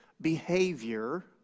behavior